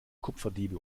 kupferdiebe